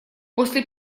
после